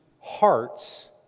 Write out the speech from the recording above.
hearts